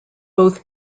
both